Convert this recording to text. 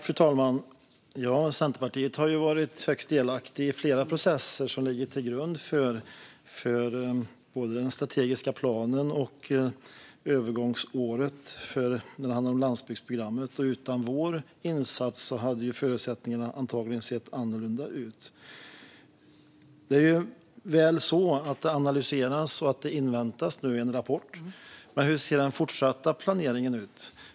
Fru talman! Centerpartiet har ju varit högst delaktigt i flera processer som ligger till grund för både den strategiska planen och övergångsåret när det handlar om landsbygdsprogrammet. Utan vår insats hade förutsättningarna antagligen sett annorlunda ut. Det är väl att det analyseras och att man inväntar en rapport. Men hur ser den fortsatta planeringen ut?